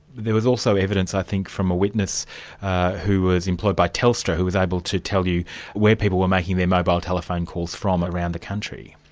there was also evidence i think from a witness who was employed by telstra who was able to tell you where people were making their mobile telephone calls from around the country?